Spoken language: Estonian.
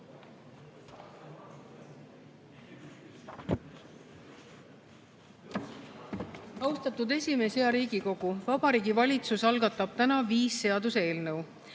Austatud esimees! Hea Riigikogu! Vabariigi Valitsus algatab täna viis seaduseelnõu.